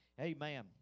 Amen